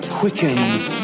quickens